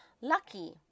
Lucky